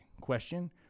question